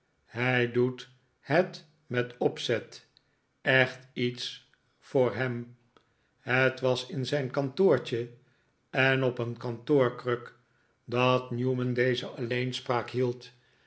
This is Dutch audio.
hij doet het met opzet echt iets voor hem nikolaas nickleby het was in zijn kantoortje en op zijn kantoorkruk dat newman deze alleenspraak hield